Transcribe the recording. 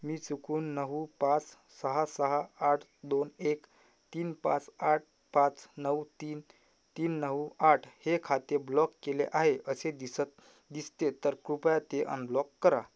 मी चुकून नऊ पाच सहा सहा आठ दोन एक तीन पाच आठ पाच नऊ तीन तीन नऊ आठ हे खाते ब्लॉक केले आहे असे दिसत दिसते तर कृपया ते अनब्लॉक करा